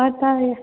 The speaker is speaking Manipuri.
ꯑꯥ ꯁꯥꯔ